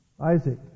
Isaac